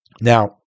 Now